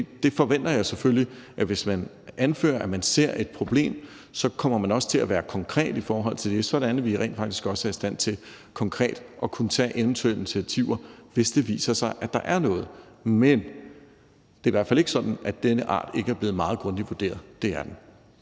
jeg forventer selvfølgelig, at hvis man anfører, at man ser et problem, så kommer man også til at være konkret i forhold til det, sådan at vi rent faktisk også er i stand til konkret at kunne tage eventuelle initiativer, hvis det viser sig, at der er noget. Men det er i hvert fald ikke sådan, at denne art ikke er blevet meget grundigt vurderet, for det er den.